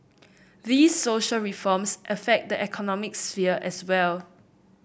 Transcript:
these social reforms affect the economic sphere as well